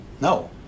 no